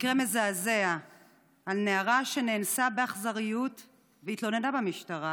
מקרה מזעזע של נערה שנאנסה באכזריות והתלוננה במשטרה